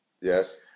Yes